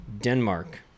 Denmark